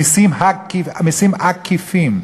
מסים עקיפים,